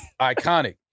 Iconic